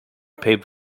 paved